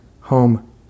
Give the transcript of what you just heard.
home